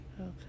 Okay